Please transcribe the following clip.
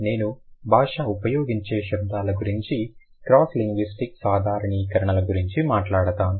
నేను భాష ఉపయోగించే శబ్దాల గురించి క్రాస్ లింగ్విస్టిక్ సాధారణీకరణల గురించి మాట్లాడతాను